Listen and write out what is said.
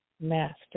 master